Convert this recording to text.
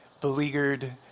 beleaguered